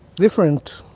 different,